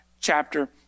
chapter